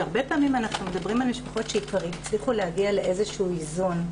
שהרבה פעמים אנחנו מדברים על משפחות שכבר הצליחו להגיע לאיזשהו איזון,